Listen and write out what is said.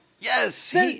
Yes